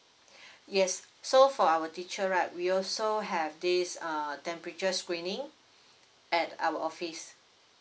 yes so for our teacher right we also have this uh temperature screening at our office